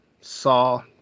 Saw